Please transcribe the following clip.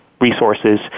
resources